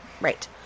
Right